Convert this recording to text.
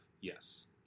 yes